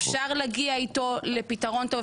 אפשר להגיע איתו לפתרון טוב,